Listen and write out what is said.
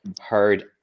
heard